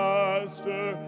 Master